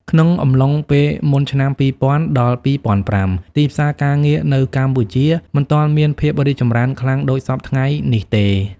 ក្នុងអំឡុងពេលមុនឆ្នាំ ២០០០ ដល់ ២០០៥ ទីផ្សារការងារនៅកម្ពុជាមិនទាន់មានភាពរីកចម្រើនខ្លាំងដូចសព្វថ្ងៃនេះទេ។